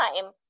time